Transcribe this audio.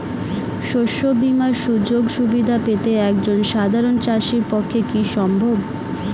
শস্য বীমার সুযোগ সুবিধা পেতে একজন সাধারন চাষির পক্ষে কি সম্ভব?